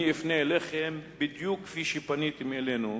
אני אפנה אליכם בדיוק כפי שפניתם אלינו: